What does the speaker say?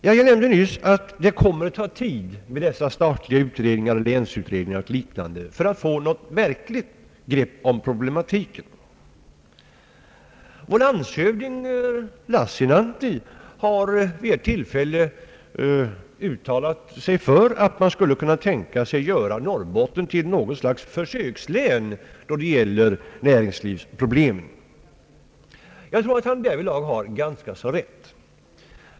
Jag nämnde nyss att dessa statliga utredningar liksom alla länsutredningar kommer att ta tid på sig för att få något verkligt grepp om problematiken. Vår landshövding Lassinantti har vid ett tillfälle uttalat sig för att man skulle kunna tänka sig att göra Norrbotten till något slag av försökslän då det gäller näringslivsproblemen. Jag tror att han därvidlag har ganska rätt.